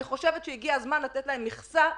הגיע הזמן לתת להם מכסה.